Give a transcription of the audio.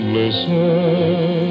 listen